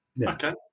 Okay